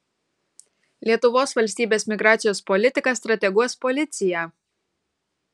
lietuvos valstybės migracijos politiką strateguos policija